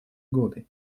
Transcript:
годы